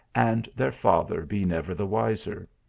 and their father be never the wiser.